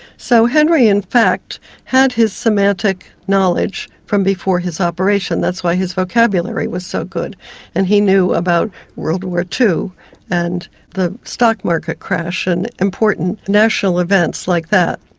so henry in fact had his semantic knowledge from before his operation, that's why his vocabulary was so good and he knew about world war ii and the stock-market crash and important national events like that.